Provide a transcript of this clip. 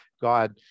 God